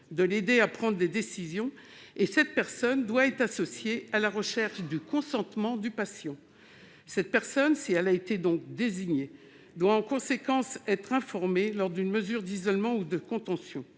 de l'aider à prendre des décisions. Cette personne doit être associée à la recherche du consentement du patient. Cette personne, si elle a été désignée, doit en conséquence être informée lorsqu'est prise une mesure d'isolement et de contention.